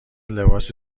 لباس